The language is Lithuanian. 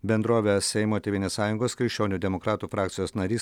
bendrove seimo tėvynės sąjungos krikščionių demokratų frakcijos narys